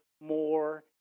more